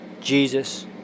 Jesus